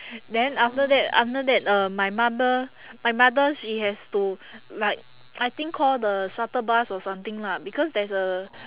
then after that after that uh my mother my mother she has to like I think call the shuttle bus or something lah because there's a